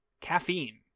caffeine